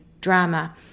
drama